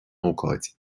ócáid